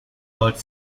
birth